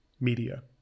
Media